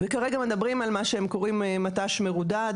וכרגע הם מדברים על מה שהם קוראים מט"ש מרודד,